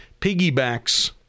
piggybacks